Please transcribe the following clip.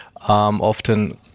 often